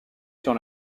sur